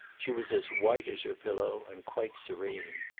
she was as white as her pillow, and quite serene.